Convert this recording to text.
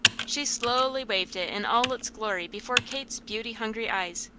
she slowly waved it in all its glory before kate's beauty-hungry eyes.